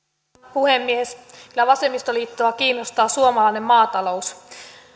puhemies kyllä vasemmistoliittoa kiinnostaa suomalainen maatalous